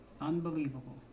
Unbelievable